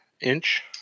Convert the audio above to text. inch